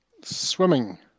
Swimming